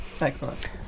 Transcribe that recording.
Excellent